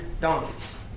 donkeys